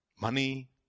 Money